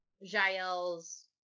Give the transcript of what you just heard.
Jael's